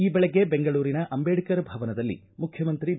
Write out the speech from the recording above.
ಈ ಬೆಳಗ್ಗೆ ಬೆಂಗಳೂರಿನ ಅಂಬೇಡ್ಕರ್ ಭವನದಲ್ಲಿ ಮುಖ್ಯಮಂತ್ರಿ ಬಿ